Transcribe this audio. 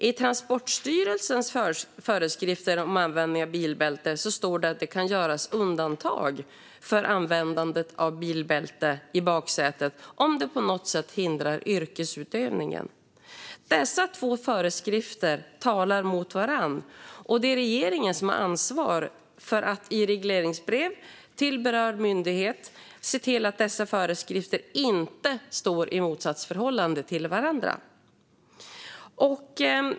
I Transportstyrelsens föreskrifter om användning av bilbälte står det att det kan göras undantag för användande av bilbälte i baksätet om det på något sätt hindrar yrkesutövningen. Dessa två föreskrifter talar mot varandra, och det är regeringen som har ansvar för att i regleringsbrev till berörd myndighet se till att dessa föreskrifter inte står i motsatsförhållande till varandra.